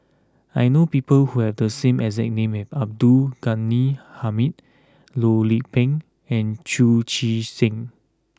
I know people who have the same exact name as Abdul Ghani Hamid Loh Lik Peng and Chu Chee Seng